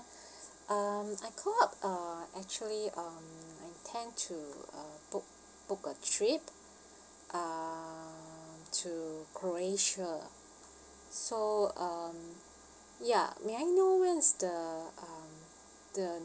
um I call up uh actually um I intend to uh book book a trip uh to croatia so um ya may I know when's the um the